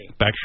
Backstreet